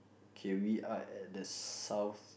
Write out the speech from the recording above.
can we art at the south